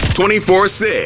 24-6